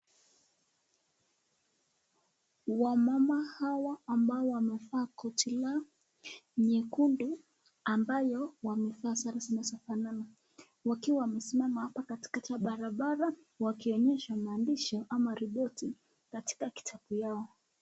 Wamama hawa ambao wamevaa koti yao nyekundu ambayo wamevaa sare zinazofanana, wakiwa wamesimama hapa katikaki ya baraaara wakionyesho maandishi ama ripoti katika kitabu yao.